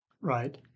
Right